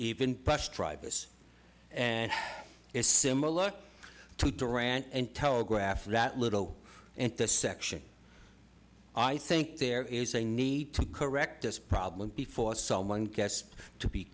even past drivers and it's similar to duran and telegraph that little intersection i think there is a need to correct this problem before someone gets to be